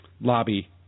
lobby